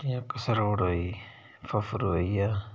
जियां कसरोड़ होई फुफरू होई गेआ